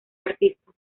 artista